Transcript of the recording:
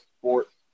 sports